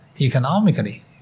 economically